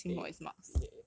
A did he get A